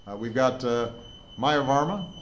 we've got maya varma,